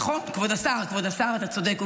נכון, כבוד השר, אתה צודק.